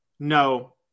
No